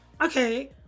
okay